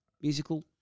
musical